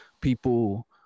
people